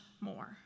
more